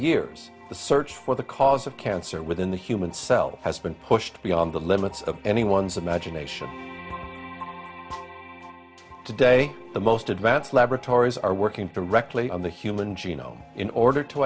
years the search for the cause of cancer within the human cell has been pushed beyond the limits of anyone's imagination today the most advanced laboratories are working correctly on the human genome in order to